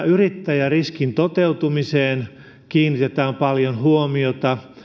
yrittäjäriskin toteutumiseen kiinnitetään paljon huomiota